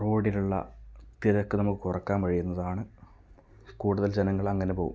റോഡിലുള്ള തിരക്ക് നമുക്ക് കുറയ്ക്കാൻ കഴിയുന്നതാണ് കൂടുതൽ ജനങ്ങൾ അങ്ങനെ പോകും